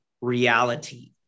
reality